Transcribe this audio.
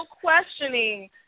questioning